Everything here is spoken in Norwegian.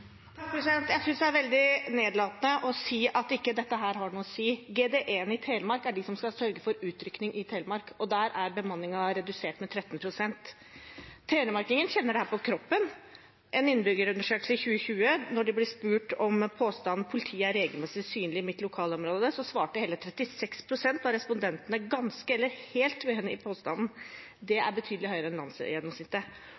Jeg synes det er veldig nedlatende å si at dette ikke har noe å si. GDE-en i Telemark skal sørge for utrykning i Telemark, og der er bemanningen redusert med 13 pst. Telemarkingen kjenner dette på kroppen. I en innbyggerundersøkelse i 2020, da de ble spurt om påstanden: politiet er regelmessig synlig i mitt lokalområde, svarte hele 36 pst. av respondentene: ganske eller helt uenig i påstanden.